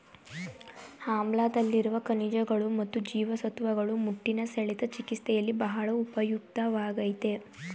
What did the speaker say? ಆಮ್ಲಾದಲ್ಲಿರುವ ಖನಿಜಗಳು ಮತ್ತು ಜೀವಸತ್ವಗಳು ಮುಟ್ಟಿನ ಸೆಳೆತ ಚಿಕಿತ್ಸೆಯಲ್ಲಿ ಬಹಳ ಉಪಯುಕ್ತವಾಗಯ್ತೆ